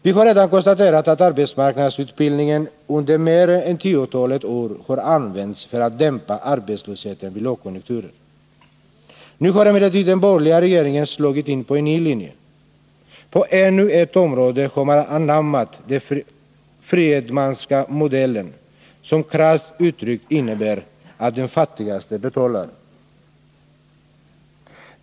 Vi har redan konstaterat att AMU-utbildningen under mer än tiotalet år har använts för att dämpa arbetslösheten vid lågkonjunkturer. Nu har emellertid den borgerliga regeringen slagit in på en ny linje. På ännu ett område har man anammat den Friedmanska modellen, som krasst uttryckt innebär att den fattigaste betalar.